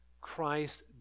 Christ